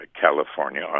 California